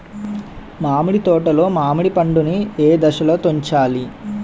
మామిడి తోటలో మామిడి పండు నీ ఏదశలో తుంచాలి?